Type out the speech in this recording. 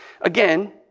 Again